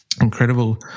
incredible